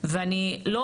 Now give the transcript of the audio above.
כי אם לא,